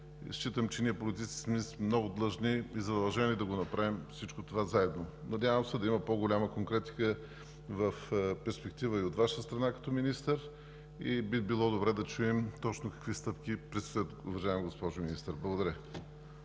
считам, че ние, политиците, сме много длъжни и задължени да направим всичко това заедно. Надявам се да има по-голяма конкретика в перспектива и от Ваша страна като министър. Би било добре да чуем точно какви стъпки предстоят, уважаема госпожо Министър. Благодаря.